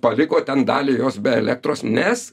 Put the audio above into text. paliko ten dalį jos be elektros nes